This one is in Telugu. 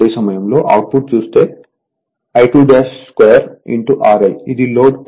అదే సమయంలో అవుట్పుట్ చూస్తే I22 RL ఇది లోడ్ పవర్